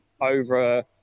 over